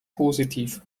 positiv